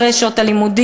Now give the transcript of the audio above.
אחרי שעות הלימודים.